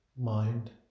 mind